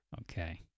Okay